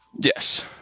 Yes